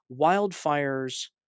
wildfires